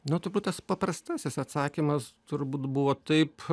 nu turbūt tas paprastasis atsakymas turbūt buvo taip